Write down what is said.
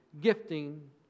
gifting